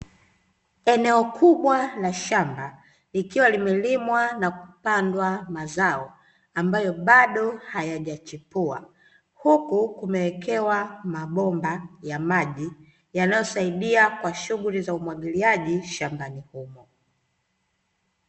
Eneo kubwa la shamba likiwa limelimwa na kupandwa mazao ambayo bado hayajachipua, huku kumeekewa mabomba ya maji yanayosaidia katika shughuli za umwagiliaji shambani humo.